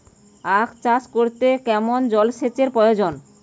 আখ চাষ করতে কেমন জলসেচের প্রয়োজন?